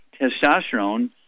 testosterone